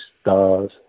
stars